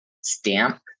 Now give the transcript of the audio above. stamp